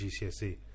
GCSE